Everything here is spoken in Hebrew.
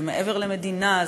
זה מעבר למדינה,